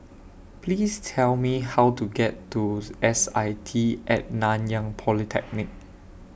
Please Tell Me How to get to S I T At Nanyang Polytechnic